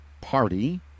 party